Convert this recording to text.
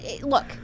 Look